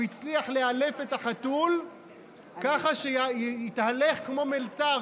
הוא הצליח לאלף את החתול ככה שיתהלך כמו מלצר,